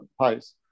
Pace